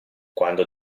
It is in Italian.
quando